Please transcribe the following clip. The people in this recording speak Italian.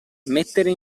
mettere